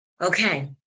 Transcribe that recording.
Okay